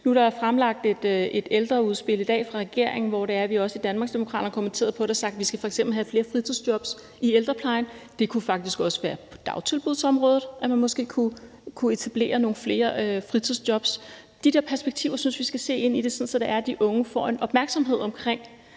Nu er der fremlagt et ældreudspil i dag fra regeringen, og vi har vi også i Danmarksdemokraterne kommenteret på det og sagt, at vi f.eks. skal have flere fritidsjobs i ældreplejen. Det kunne faktisk også være på dagtilbudsområdet, at man måske kunne etablere nogle flere fritidsjobs. De der perspektiver synes jeg at vi skal se på, sådan at de unge bliver opmærksomme på